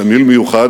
תמהיל מיוחד,